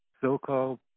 so-called